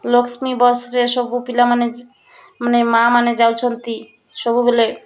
ଲକ୍ଷ୍ମୀ ବସ୍ରେ ସବୁ ପିଲାମାନେ ମାନେ ମା' ମାନେ ଯାଉଛନ୍ତି ସବୁବେଳେ